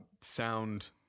sound